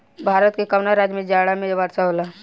भारत के कवना राज्य में जाड़ा में वर्षा होला?